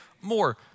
more